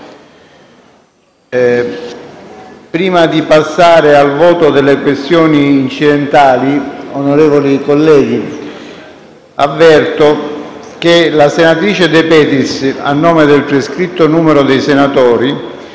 prima di passare al voto delle questioni incidentali, avverto che la senatrice De Petris, a nome del prescritto numero di senatori,